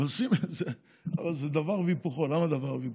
זה דבר והיפוכו.